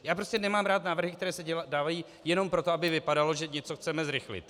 Já prostě nemám rád návrhy, které se dávají jenom proto, aby to vypadalo, že něco chceme zrychlit.